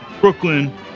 Brooklyn